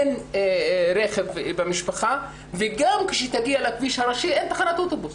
אין רכב במשפחה וגם כשהיא תגיע לכביש הראשי אין שם תחנת אוטובוס.